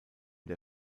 der